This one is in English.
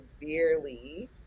severely